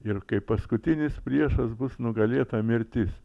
ir kaip paskutinis priešas bus nugalėta mirtis